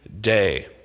day